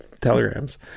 Telegrams